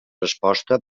resposta